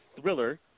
thriller